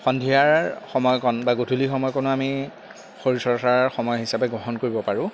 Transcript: সন্ধিয়াৰ সময়কণ বা গধূলি সময়কণো আমি শৰীৰ চৰ্চাৰ সময় হিচাপে গ্ৰহণ কৰিব পাৰোঁ